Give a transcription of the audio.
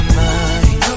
mind